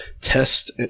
test